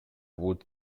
would